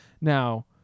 now